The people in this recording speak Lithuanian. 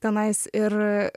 tenais ir